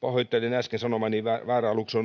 pahoittelen äsken sanomaani väärää lukua